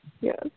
Yes